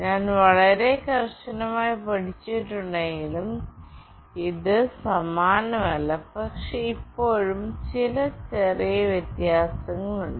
ഞാൻ വളരെ കർശനമായി പിടിച്ചിട്ടുണ്ടെങ്കിലും ഇത് സമാനമല്ല പക്ഷേ ഇപ്പോഴും ചില ചെറിയ വ്യത്യാസങ്ങളുണ്ട്